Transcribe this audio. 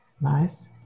Nice